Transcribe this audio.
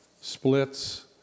splits